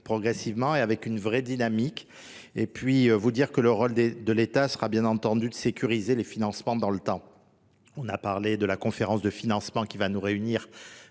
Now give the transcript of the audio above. progressivement et avec une vraie dynamique et puis vous dire que le rôle de l'État sera bien entendu de sécuriser les financements dans le temps. On a parlé de la conférence de financement qui va nous réunir